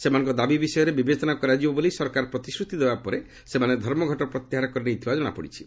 ସେମାନଙ୍କ ଦାବି ବିଷୟରେ ବିବେଚନା କରାଯିବ ବୋଲି ସରକାର ପ୍ରତିଶ୍ରତି ଦେବା ପରେ ସେମାନେ ଧର୍ମଘଟ ପ୍ରତ୍ୟାହାର କରିନେଇତିବା ଜଣାପଡ଼ିଛି